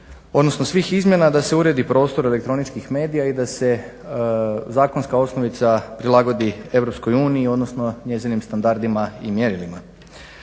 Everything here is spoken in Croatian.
odnosno svih izmjena da se uredi prostor elektroničkih medija i da se zakonska osnovica prilagodi Europskoj uniji odnosno njezinim standardima i mjerilima